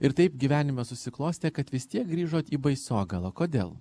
ir taip gyvenimas susiklostė kad vis tiek grįžot į baisogalą kodėl